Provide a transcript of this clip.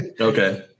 Okay